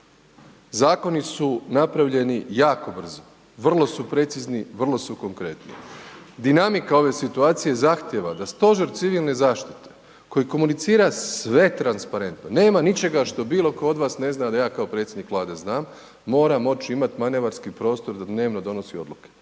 Zakoni su napravljeni jako brzo, vrlo su precizni, vrlo su konkretni, dinamika ove situacije zahtijeva da Stožer civilne zaštite koji komunicira sve transparentno, nema ničega što bilo ko od vas ne zna, a da ja kao predsjednik Vlade znam, mora moć imati manevarski prostor da dnevno donosi odluke.